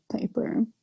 paper